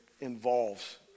involves